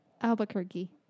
Albuquerque